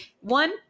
one